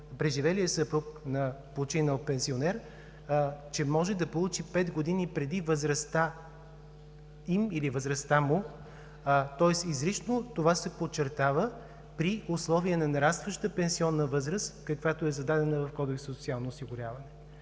преживелия съпруг на починал пенсионер, че може да получи пет години преди възрастта им или възрастта му, тоест изрично това се подчертава при условие на нарастваща пенсионна възраст, каквато е зададена в Кодекса за социално осигуряване.